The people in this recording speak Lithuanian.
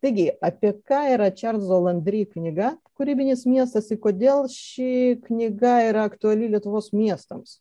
taigi apie ką yra čarlzo landri knyga kūrybinis miestas ir kodėl ši knyga yra aktuali lietuvos miestams